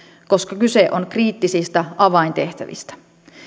koska kyse on kriittisistä avaintehtävistä